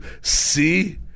see